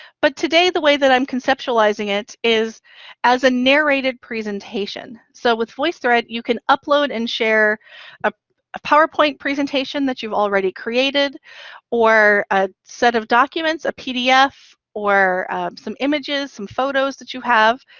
but today, the way that i'm conceptualizing it is as a narrated presentation. so with voicethread, you can upload and share a a powerpoint presentation that you've already created or a set of documents, a pdf or some images, some photos that you have,